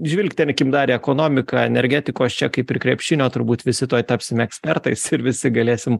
žvilgtelkim dar ekonomiką energetikos čia kaip ir krepšinio turbūt visi tuoj tapsim ekspertais ir visi galėsim